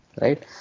right